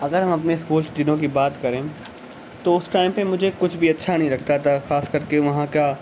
اگر ہم اپنے اسکولس دنوں کی بات کریں تو اس ٹائم پہ مجھے کچھ بھی اچھا نہیں لگتا تھا خاص کر کے وہاں کا